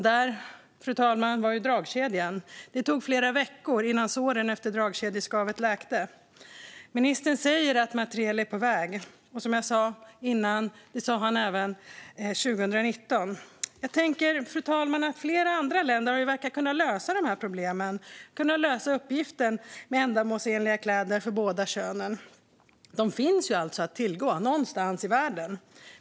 Där, fru talman, var ju dragkedjan. Det tog flera veckor innan såren efter dragkedjeskavet läkte. Ministern säger att materiel är på väg. Som jag sa tidigare: Det sa han även 2019. Jag tänker, fru talman, att flera andra länder verkar kunna lösa de här problemen och uppgiften med ändamålsenliga kläder för båda könen. De finns alltså att tillgå någonstans i världen.